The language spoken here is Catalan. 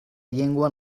llengua